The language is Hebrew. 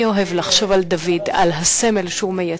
אני אוהב לחשוב על דוד, על הסמל שהוא מייצג,